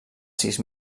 sis